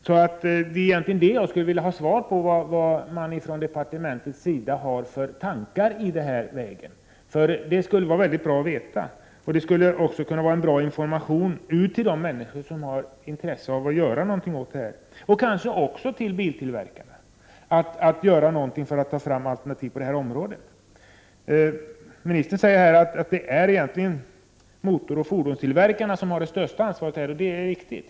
Jag skulle egentligen vilja ha svar på frågan vilka tankar man inom departementet har i den här frågan. Det skulle vara mycket bra att få veta. Det skulle också vara bra att kunna gå ut med information till de människor som har intresse av att göra något åt den här situationen. Kanske skulle det också kunna gälla biltillverkarna, så att de kunde göra något för att ta fram alternativ på detta område. Ministern säger att det egentligen är motoroch fordonstillverkarna som har det största ansvaret. Det är i och för sig riktigt.